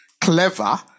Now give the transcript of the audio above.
clever